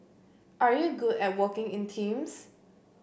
are you good at working in teams